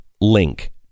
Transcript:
link